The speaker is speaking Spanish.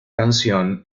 canción